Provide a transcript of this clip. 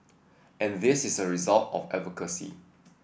and this is a result of advocacy